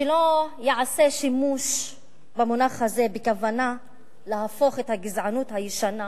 שלא ייעשה שימוש במונח הזה בכוונה להפוך את הגזענות הישנה,